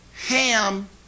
Ham